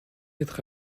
être